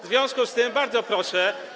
W związku z tym bardzo proszę.